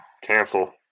Cancel